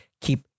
keep